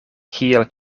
kiel